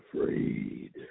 afraid